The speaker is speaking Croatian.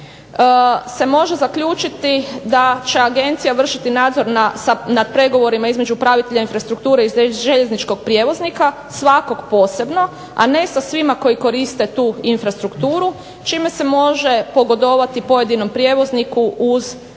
se može zaključiti da agencija vršiti nadzor na pregovorima između upravitelja infrastrukture i željezničkog prijevoznika svakog posebno, a ne sa svima koji koriste tu infrastrukturu čime se može pogodovati pojedinom prijevozniku uz dozvole